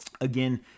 again